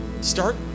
start